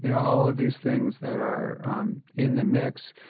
you know, all of these things that are um in the mix.